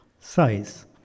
size